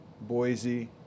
Boise